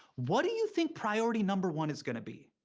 what you think priority number one is going to be?